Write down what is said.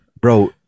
bro